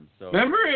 Remember